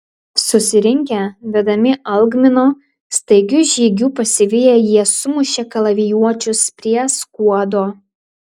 susirinkę vedami algmino staigiu žygiu pasiviję jie sumušė kalavijuočius prie skuodo